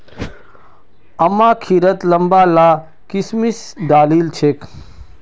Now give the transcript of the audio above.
अम्मा खिरत लंबा ला किशमिश डालिल छेक